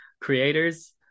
creators